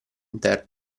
interno